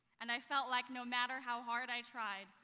and i felt like no matter how hard i tried,